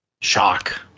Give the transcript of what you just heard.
Shock